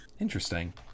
Interesting